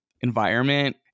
environment